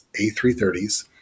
A330s